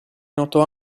noto